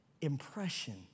impression